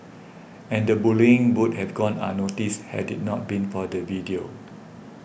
and the bullying would have gone unnoticed had it not been for the video